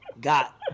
got